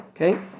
okay